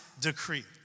decree